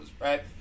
right